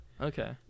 Okay